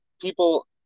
people